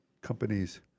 companies